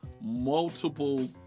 multiple